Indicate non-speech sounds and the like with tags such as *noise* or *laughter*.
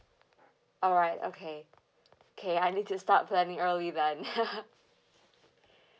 alright okay okay I need to start planning early then *laughs*